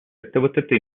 ettevõtete